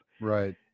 Right